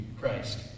Christ